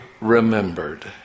remembered